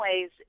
ways